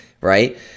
right